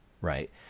right